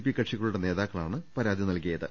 P കക്ഷി കളുടെ നേതാക്കളാണ് പരാതി നൽകിയത്